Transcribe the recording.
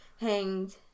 hanged